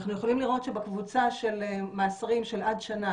אנחנו יכולים לראות שבקבוצה של מאסרים של עד שנה